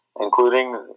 including